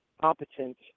competent